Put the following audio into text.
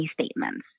statements